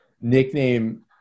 nickname